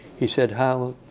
he said how?